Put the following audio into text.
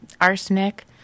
arsenic